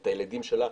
את הילדים שלה,